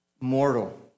mortal